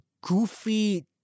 goofy